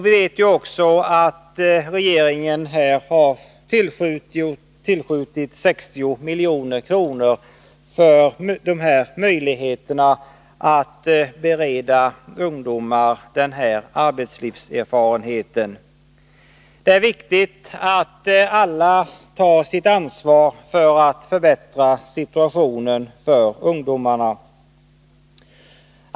Vi vet också att regeringen har tillskjutit 60 milj.kr. för att skapa dessa möjligheter att bereda ungdomar denna arbetslivserfarenhet. Det är viktigt att alla tar sitt ansvar för att förbättra situationen för ungdomarna.